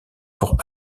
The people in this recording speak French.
pour